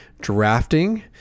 drafting